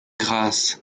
grâce